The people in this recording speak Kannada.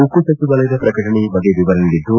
ಉಕ್ಕು ಸಚಿವಾಲಯದ ಪ್ರಕಟಣೆ ಈ ಬಗ್ಗೆ ವಿವರ ನೀಡಿದ್ದು